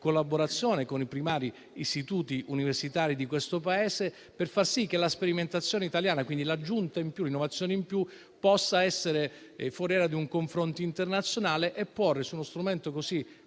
collaborazione con i principali istituti universitari di questo Paese, per far sì che la sperimentazione italiana (cioè l'ulteriore innovazione) possa essere foriera di un confronto internazionale e porre l'Italia, su uno strumento così